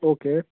okay